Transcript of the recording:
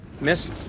Miss